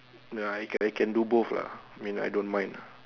no I can I can do both lah mean I don't mind lah